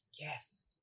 Yes